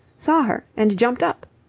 saw her and jumped up.